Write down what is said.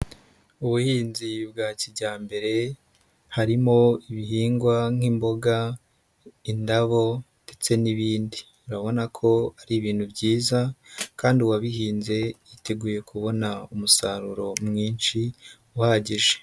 Ubuhinzi bwa kijyambere harimo ibihingwa nk'imboga, indabo ndetse n'ibindi. Urabona ko ari ibintu byiza kandi uwabihinze yiteguye kubona umusaruro mwinshi uhagije.